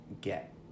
get